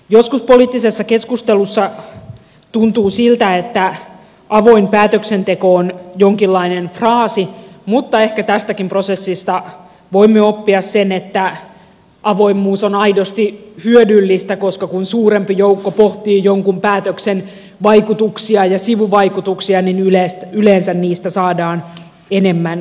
joskus poliittisessa keskustelussa tuntuu siltä että avoin päätöksenteko on jonkinlainen fraasi mutta ehkä tästäkin prosessista voimme oppia sen että avoimuus on aidosti hyödyllistä koska kun suurempi joukko pohtii jonkun päätöksen vaikutuksia ja sivuvaikutuksia niin yleensä niistä saadaan enemmän selville